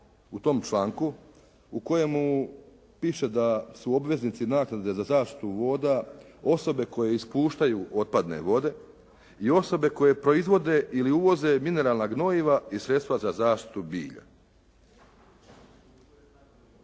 u tom članku u kojemu piše da su obveznici naknade zaštitu voda osobe koje ispuštaju otpadne vode i osobe koje proizvode ili uvoze mineralna gnojiva i sredstva za zaštitu bilja.